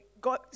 God